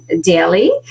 daily